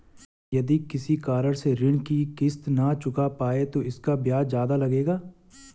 यदि किसी कारण से ऋण की किश्त न चुका पाये तो इसका ब्याज ज़्यादा लगेगा?